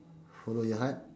follow your heart